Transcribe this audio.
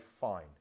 fine